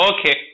Okay